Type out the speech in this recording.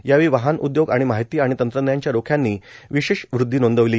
यावेळी वाहन उद्योग आणि माहिती आणि तंत्रज्ञान च्या रोख्यांनी विशेष वृद्वी नोंदविली